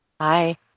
Hi